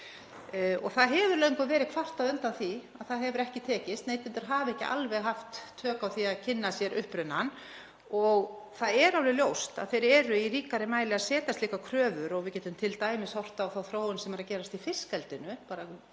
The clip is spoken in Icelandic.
Það hefur löngum verið kvartað undan því að það hafi ekki tekist, neytendur hafi ekki alveg haft tök á því að kynna sér upprunann. Það er alveg ljóst að neytendur eru í ríkari mæli að gera slíkar kröfur og við getum t.d. horft á þá þróun sem er að gerast í fiskeldinu, hvernig